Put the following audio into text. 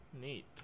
Neat